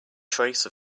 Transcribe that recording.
trace